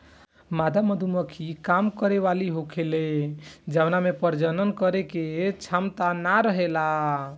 मादा मधुमक्खी काम करे वाली होखेले जवना में प्रजनन करे के क्षमता ना रहेला